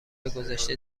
گذشته